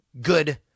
Good